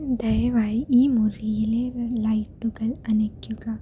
ദയവായി ഈ മുറിയിലെ ലൈറ്റുകൾ അണയ്ക്കുക